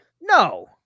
No